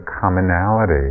commonality